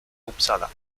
upsala